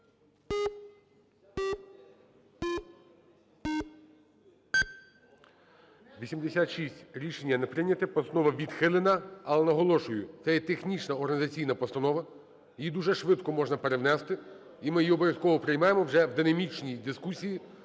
За-86 Рішення не прийнято. Постанова відхилена, але, наголошую, це є технічна, організаційна постанова, її дуже швидко можна перевнести, і ми її обов'язково приймемо вже в динамічній дискусії,